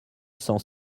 cent